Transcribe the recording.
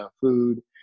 food